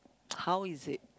how is it